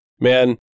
man